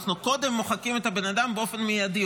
אנחנו קודם מוחקים את הבן-אדם באופן מיידי,